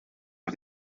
het